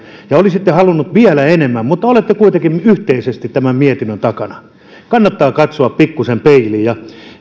ja olisitte halunneet vielä enemmän mutta olette kuitenkin nyt yhteisesti tämän mietinnön takana kannattaa katsoa pikkusen peiliin ja